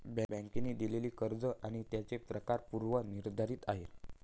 बँकांनी दिलेली कर्ज आणि त्यांचे प्रकार पूर्व निर्धारित आहेत